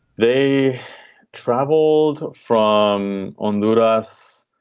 they traveled from under us.